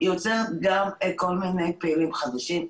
אלא היא עוצרת גם כל מיני פעילים חדשים,